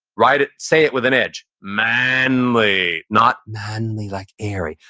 write it, say it with an edge, manly, not manly like airy,